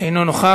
אינו נוכח.